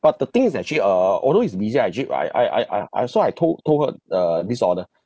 but the thing is actually err although it's busy I actually I I I I uh I saw I told told her the this order